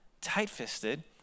Tight-fisted